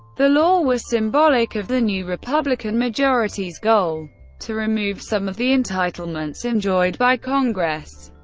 the law was symbolic of the new republican majority's goal to remove some of the entitlements enjoyed by congress.